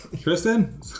Tristan